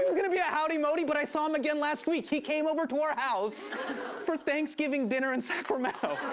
gonna be at howdy modi, but i saw him again last week. he came over to our house for thanksgiving dinner in sacramento.